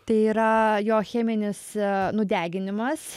tai yra jo cheminis nudeginimas